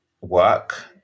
work